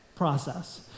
process